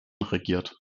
regiert